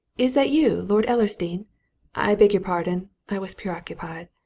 is it you, lord ellersdeane i beg your pardon i was preoccupied.